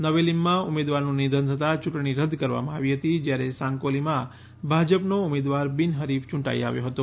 નવેલીમમાં ઉમેદવારનું નિધન થતાં ચૂંટણી રદ કરવામાં આવી હતી જ્યારે સાંકોલીમાં ભાજપનો ઉમેદવાર બિનહરીફ ચૂંટાઈ આવ્યો હતો